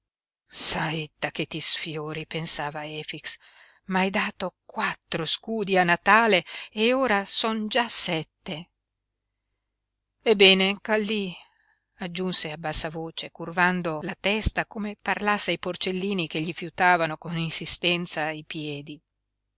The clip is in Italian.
saetta che ti sfiori pensava efix m'hai dato quattro scudi a natale e ora son già sette ebbene kallí aggiunse a bassa voce curvando la testa come parlasse ai porcellini che gli fiutavano con insistenza i piedi